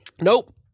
Nope